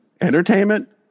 entertainment